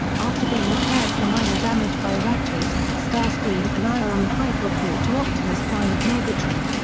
after being repaired for minor damage by ratchet, starscream and ironhide report to optimus prime and megatron.